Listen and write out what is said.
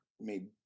made